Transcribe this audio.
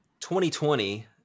2020